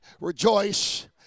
rejoice